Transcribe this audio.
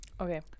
Okay